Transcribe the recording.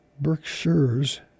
Berkshire's